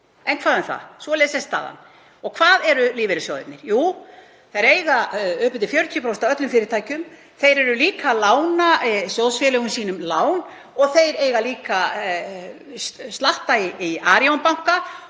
En hvað um það, sú er staðan. Og hvað eru lífeyrissjóðirnir? Jú, þeir eiga upp undir 40% af öllum fyrirtækjum. Þeir eru líka að lána sjóðfélögum sínum og þeir eiga líka slatta í Arion banka